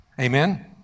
Amen